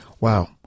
Wow